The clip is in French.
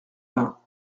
vingts